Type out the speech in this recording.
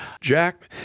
Jack